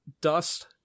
dust